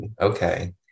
okay